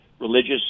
religious